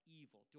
evil